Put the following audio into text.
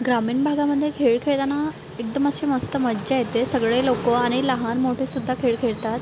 ग्रामीण भागामध्ये खेळ खेळताना एकदम अशी मस्त मज्जा येते सगळे लोकं आणि लहान मोठेसुद्धा खेळ खेळतात